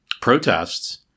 protests